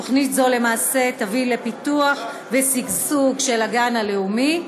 תוכנית זו תביא למעשה לפיתוח ושגשוג של הגן הלאומי,